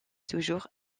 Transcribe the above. toujours